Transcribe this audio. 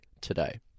today